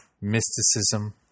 mysticism